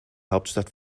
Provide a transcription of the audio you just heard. hauptstadt